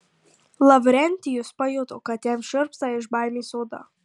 lavrentijus pajuto kad jam šiurpsta iš baimės oda